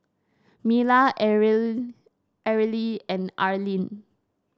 Mila Areli Areli and Arleen